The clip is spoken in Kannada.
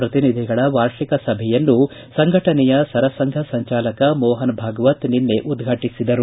ಪ್ರತಿನಿಧಿಗಳ ವಾರ್ಷಿಕ ಸಭೆಯನ್ನು ಸಂಘಟನೆಯ ಸರಸಂಘ ಸಂಚಾಲಕ ಮೋಹನ್ ಭಾಗವತ್ ನಿನ್ನೆ ಉದ್ಘಾಟಿಸಿದರು